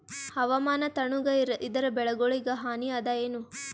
ಹವಾಮಾನ ತಣುಗ ಇದರ ಬೆಳೆಗೊಳಿಗ ಹಾನಿ ಅದಾಯೇನ?